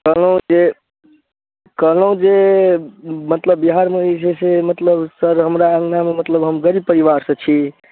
कहलहुँ जे कहलहुँ जे मतलब बिहारमे जे छै मतलब सर हमरा अँगनामे मतलब हम गरीब परिवारसँ छी